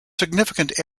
significant